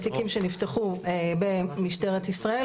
בתיקים שנפתחו במשטרה ישראל,